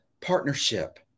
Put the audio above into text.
partnership